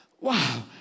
Wow